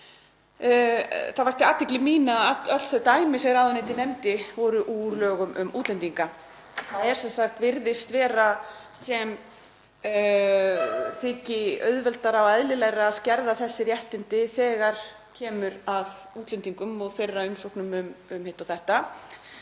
Það vakti athygli mína að öll þau dæmi sem ráðuneytið nefndi voru úr lögum um útlendinga. Það virðist sem það þyki auðveldara og eðlilegra að skerða þessi réttindi þegar kemur að útlendingum og þeirra umsóknum um hitt og þetta.